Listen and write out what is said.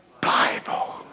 Bible